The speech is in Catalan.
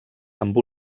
amb